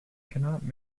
cannot